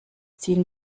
ziehen